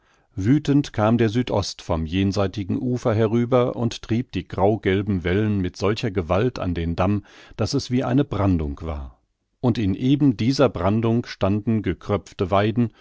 wüthend kam der südost vom jenseitigen ufer herüber und trieb die graugelben wellen mit solcher gewalt an den damm daß es wie eine brandung war und in eben dieser brandung standen gekröpfte weiden